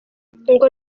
ngo